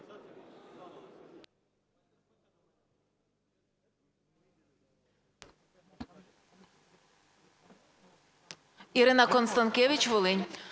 Ірина Констанкевич, Волинь.